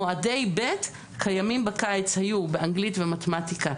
מועדי ב' קיימים בקיץ היו באנגלית ומתמטיקה,